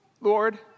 Lord